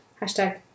hashtag